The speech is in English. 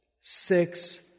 Six